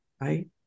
right